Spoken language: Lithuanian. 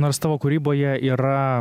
nors tavo kūryboje yra